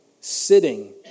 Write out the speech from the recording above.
sitting